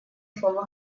слово